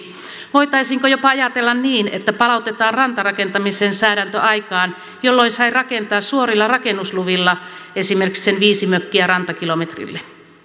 voitaisiinko jopa ajatella niin että palautetaan rantarakentamisen säädäntö aikaan jolloin sai rakentaa suorilla rakennusluvilla esimerkiksi sen viisi mökkiä rantakilometrille